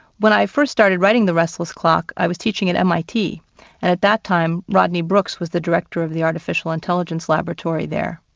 when i first started writing the restless clock, i was teaching at mit, and at that time rodney brooks was the director of the artificial intelligence laboratory there.